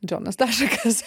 džonas dašakas